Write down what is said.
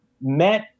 met